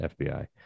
fbi